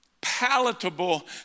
palatable